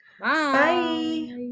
Bye